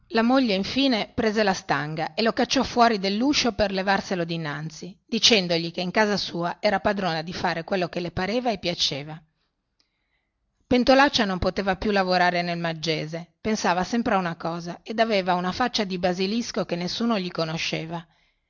la moglie infine prese la stanga e lo cacciò fuori delluscio per levarselo dinanzi e gli disse che in casa sua era padrona di fare quello che le pareva e piaceva pentolaccia non poteva più lavorare nel maggese pensava sempre a una cosa ed aveva una faccia di basilisco che nessuno gli conosceva